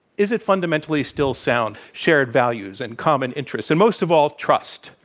is it fundamentally still sound? shared values and common interests, and most of all, trust?